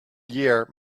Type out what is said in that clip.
year